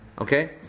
Okay